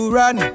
run